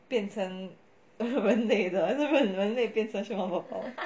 变成人类的还是人类变成数码宝宝